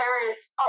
parents